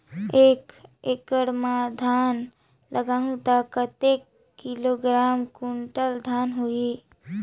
एक एकड़ मां धान लगाहु ता कतेक किलोग्राम कुंटल धान होही?